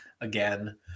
again